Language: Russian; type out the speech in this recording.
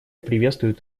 приветствует